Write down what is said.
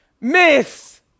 Miss